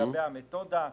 לגבי המתודה.